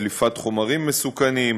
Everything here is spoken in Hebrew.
גם דליפת חומרים מסוכנים,